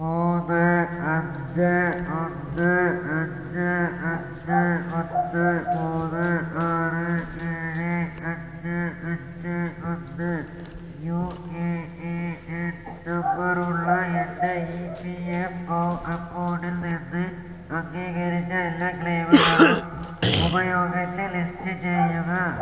മൂന്ന് അഞ്ച് ഒന്ന് അഞ്ച് അഞ്ച് ഒന്ന് മൂന്ന് ആറ് ഏഴെ അഞ്ച് അഞ്ച് ഒന്ന് യുഎഎഎൻ നമ്പറുള്ള എൻ്റെ ഇ പി എഫ് ഒ അക്കൗണ്ടിൽ നിന്ന് അംഗീകരിച്ച എല്ലാ ക്ലെയിമുകളും ഉപയോഗിച്ച് ലിസ്റ്റ് ചെയ്യുക